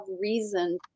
reason